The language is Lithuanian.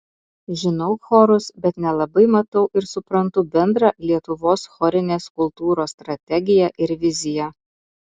žinau chorus bet nelabai matau ir suprantu bendrą lietuvos chorinės kultūros strategiją ir viziją